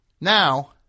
Now